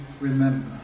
remember